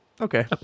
Okay